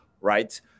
right